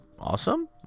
Awesome